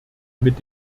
mit